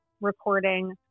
recording